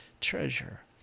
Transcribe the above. treasure